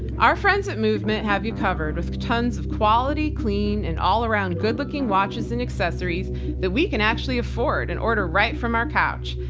our friends at movement have you covered with tons of quality, clean, and all-around good-looking watches and accessories that we can actually afford and order right from our couch.